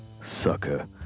Sucker